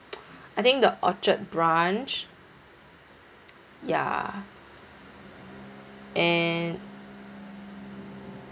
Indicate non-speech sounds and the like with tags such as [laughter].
[noise] I think the orchard branch ya and